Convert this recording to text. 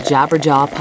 Jabberjaw